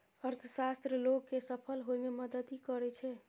अर्थशास्त्र लोग कें सफल होइ मे मदति करै छै